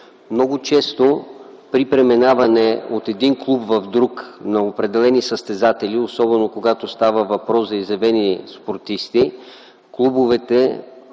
Много често при преминаване от един клуб в друг на определени състезатели, особено когато става въпрос за изявени спортисти, клубовете